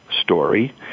story